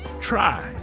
try